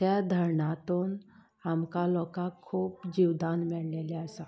त्या धरणांतल्यान आमकां लोकांक खूब जिवनदान मेळिल्ले आसा